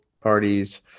parties